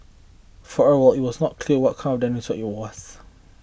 for a while it was not clear what kind of dinosaur it was